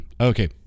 Okay